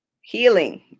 healing